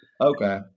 Okay